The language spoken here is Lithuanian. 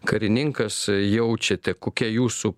karininkas jaučiate kokia jūsų